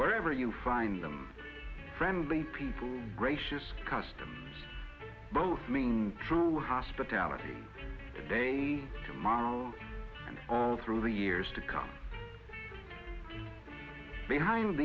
wherever you find them friendly people gracious custom both mean troll hospitality today tomorrow and all through the years to come behind